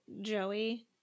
Joey